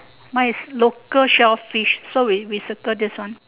my local shellfish so we we circle this one